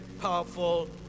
powerful